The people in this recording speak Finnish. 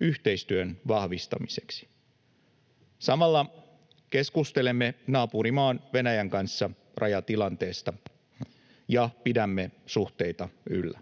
yhteistyön vahvistamiseksi. Samalla keskustelemme naapurimaa Venäjän kanssa rajatilanteesta ja pidämme suhteita yllä.